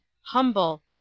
humble